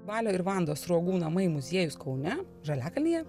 balio ir vandos sruogų namai muziejus kaune žaliakalnyje